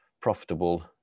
profitable